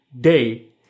day